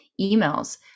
emails